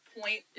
point